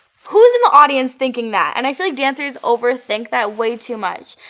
who is in the audience thinking that? and i feel like dancers over-think that way too much.